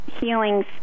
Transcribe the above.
healing